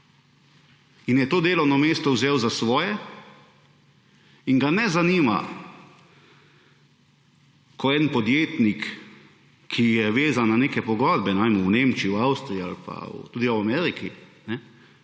in je to delovno mesto vzel za svoje in ga ne zanima, ko en podjetnik, ki je vezan na neke pogodbe, ne vem, v Nemčiji, Avstriji ali pa tudi v Ameriki,